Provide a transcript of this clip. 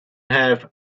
have